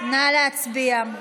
נא להצביע.